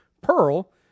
Pearl